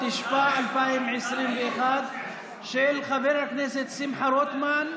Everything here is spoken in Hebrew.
התשפ"א 2021. חבר הכנסת שמחה רוטמן,